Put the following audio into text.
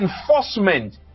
enforcement